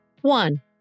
One